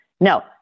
No